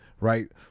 right